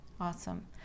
awesome